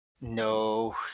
No